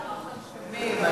אמרת תנחומים,